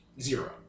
Zero